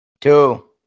Two